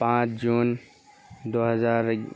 پانچ جون دوہزار